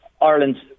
Ireland